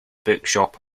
bookshop